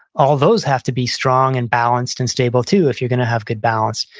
all those have to be strong, and balanced, and stable too if you're going to have good balance.